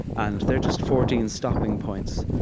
and they're just fourteen stopping points.